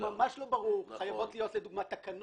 ממש לא ברור, חייבות להיות תקנות.